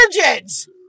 virgins